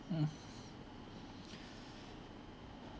mm